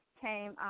came –